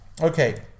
okay